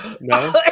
No